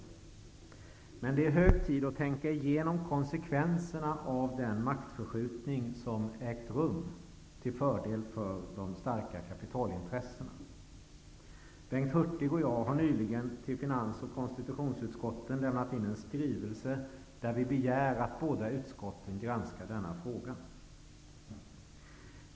Det är emellertid hög tid att tänka igenom konsekvenserna av den maktförskjutning som ägt rum till fördel för de starka kapitalintressena. Bengt Hurtig och jag har nyligen till finans och konstitutionsutskotten lämnat in en skrivelse där vi begär att båda utskotten granskar denna fråga.